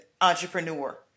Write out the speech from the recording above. entrepreneur